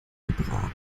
gebraten